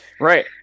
Right